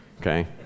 okay